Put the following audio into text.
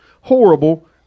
horrible